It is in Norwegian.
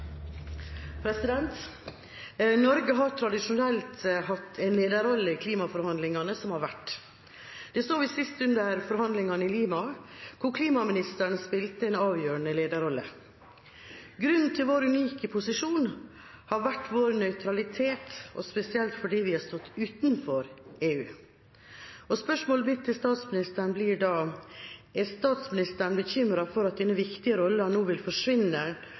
Norge har tradisjonelt hatt en lederrolle i de klimaforhandlingene som har vært. Det så vi sist under forhandlingene i Lima, hvor klimaministeren spilte en avgjørende lederrolle. Grunnen til vår unike posisjon har vært vår nøytralitet, spesielt fordi vi har stått utenfor EU. Spørsmålet mitt til statsministeren blir da: Er statsministeren bekymret for at denne viktige rollen vil forsvinne